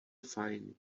fajn